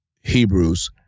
Hebrews